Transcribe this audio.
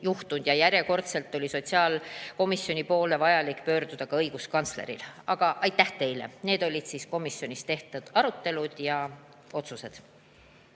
juhtunud ja järjekordselt oli sotsiaalkomisjoni poole vaja pöörduda ka õiguskantsleril. Aga aitäh teile! Need olid komisjonis toimunud arutelud ja tehtud